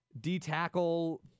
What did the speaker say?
D-Tackle